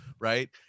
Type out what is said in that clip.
right